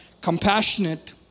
compassionate